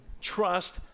trust